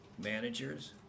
managers